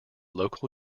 local